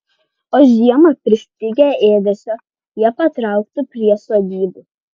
o žiemą pristigę ėdesio jie patrauktų prie sodybų